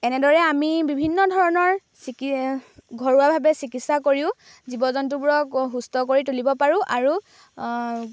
এনেদৰে আমি বিভিন্ন ধৰণৰ ঘৰুৱাভাৱে চিকিৎসা কৰিও জীৱ জন্তুবোৰক সুস্থ কৰি তুলিব পাৰোঁ আৰু